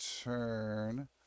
turn